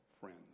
friends